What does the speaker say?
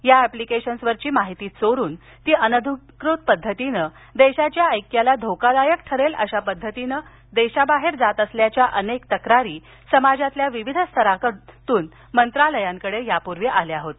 या ऍप्लिकेशन्सवरील माहिती चोरुन ती अनधिकृत पद्धतीनं ती देशाच्या ऐक्याला धोकादायक ठरेल अशा पद्धतीने देशाबाहेर जात असल्याच्या अनेक तक्रारी समाजातील विविध स्तरांमधून मंत्रालयाकडे यापूर्वी आल्या होत्या